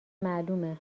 معلومه